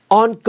on